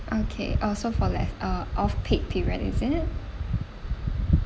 okay uh so for left uh off peak period is it